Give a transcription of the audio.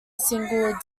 single